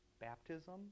Baptism